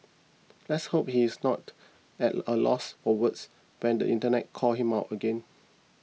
let's hope he's not at a loss for words when the internet calls him out again